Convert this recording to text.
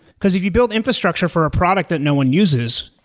because if you build infrastructure for a product that no one uses,